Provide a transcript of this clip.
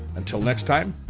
until next time,